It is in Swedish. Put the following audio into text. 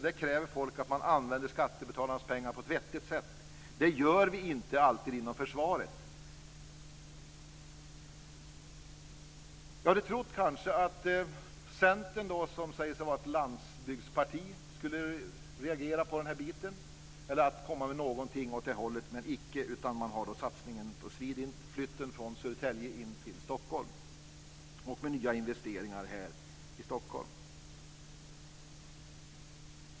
Där kräver folk att man använder skattebetalarnas pengar på ett vettigt sätt. Det gör vi inte alltid inom försvaret. Jag hade kanske trott att Centern, som säger sig vara ett landsbygdsparti, skulle reagera på den här delen eller komma med någonting åt det hållet. Men icke. Man har satsat på SWEDINT:s flyttning från Södertälje in till Stockholm och nya investeringar här i Stockholm.